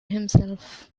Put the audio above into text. himself